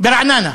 ברעננה